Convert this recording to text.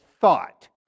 thought